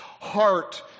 heart